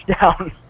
down